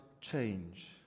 change